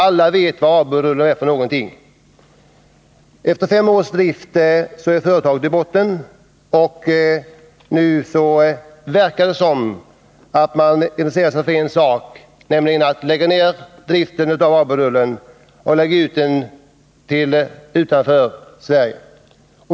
Alla vet vad ABU-rullen är. Efter fem års drift är företaget i botten. Nu verkar det som om man bara intresserade sig för en sak: att lägga ned produktionen av ABU-rullen i landet och förlägga den utanför Sverige.